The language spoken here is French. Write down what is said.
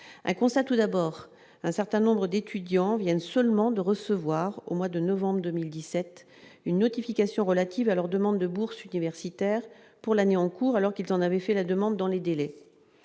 un constat tout d'abord un certain nombres d'étudiants viennent seulement de recevoir au mois de novembre 2017 une notification relatives à leur demande de bourse universitaire pour l'année en cours alors qu'ils en avaient fait la demande dans les délais,